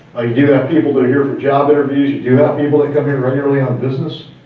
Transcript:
ah you do have people that are here for job interviews, you do have people that come here regularly on business.